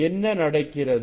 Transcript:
என்ன நடக்கிறது